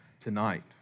tonight